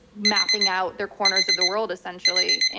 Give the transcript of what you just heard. mapping out their corners of the world, essentially. and